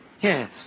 Yes